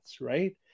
right